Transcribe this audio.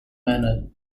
manor